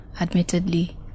admittedly